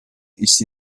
ist